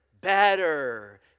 better